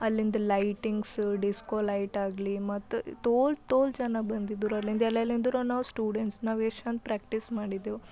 ಅಲ್ಲಿಂದ lightings disco light ಆಗಲಿ ಮತ್ತು ತೋಲ ತೋಲ ಜನ ಬಂದಿದ್ರು ಅಲ್ಲಿಂದ ಎಲ್ಲೆಲಿಂದ್ಲು ನಾವು ಸ್ಟೂಡೆಂಟ್ಸ್ ನಾವು ಎಷ್ಛಂದ ಪ್ರ್ಯಾಕ್ಟೀಸ್ ಮಾಡಿದ್ದೆವು